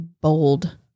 bold